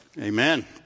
Amen